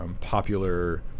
popular